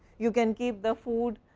you can keep the food,